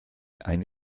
eine